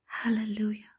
Hallelujah